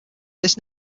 this